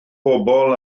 bobl